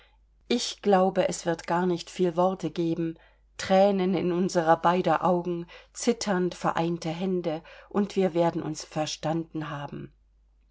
ich glaube es wird gar nicht viel worte geben thränen in unserer beiden augen zitternd vereinte hände und wir werden uns verstanden haben